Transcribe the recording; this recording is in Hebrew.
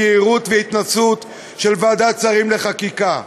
יהירות והתנשאות של ועדת שרים לחקיקה.